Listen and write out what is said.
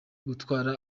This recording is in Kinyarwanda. gutwara